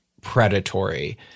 predatory